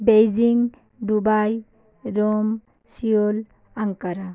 Beijing Dubai Rome Seoul Ankara